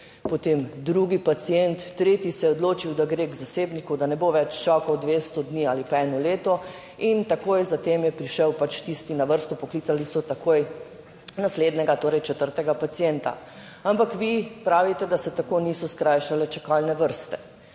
potem drugi pacient, tretji se je odločil, da gre k zasebniku, da ne bo več čakal 200 dni ali pa eno leto in takoj za tem je prišel pač tisti na vrsto, poklicali so takoj naslednjega, torej četrtega pacienta, ampak vi pravite, da se tako niso skrajšale čakalne vrste.